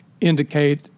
indicate